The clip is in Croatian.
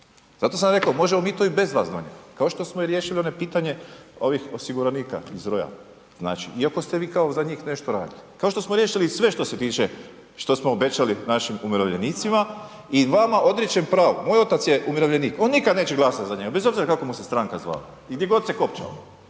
Zato sam rekao, možemo mi to i bez vas donijeti kao što smo riješili i ono pitanje ovih osiguranika iz Royala znači iako ste vi kao za njih nešto radili, kao što smo riješili i sve što se tiče, što smo obećali našim umirovljenicima i vama odričem pravo, moj otac je umirovljenik on nikad neće glasat za njega bez obzira kako mu se stranka zvala i gdje god se kopčala.